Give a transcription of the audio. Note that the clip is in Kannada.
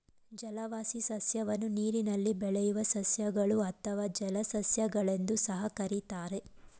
ಜಲವಾಸಿ ಸಸ್ಯವನ್ನು ನೀರಿನಲ್ಲಿ ಬೆಳೆಯುವ ಸಸ್ಯಗಳು ಅಥವಾ ಜಲಸಸ್ಯ ಗಳೆಂದೂ ಸಹ ಕರಿತಾರೆ